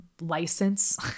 license